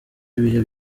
ibihe